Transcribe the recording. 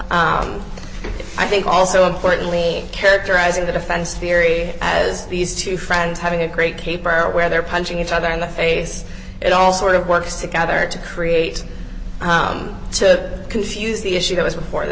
i think also importantly characterizing the defense theory as these two friends having a great caper where they're punching each other in the face it all sort of works together to create to confuse the issue that was before the